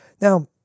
Now